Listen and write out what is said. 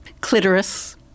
Clitoris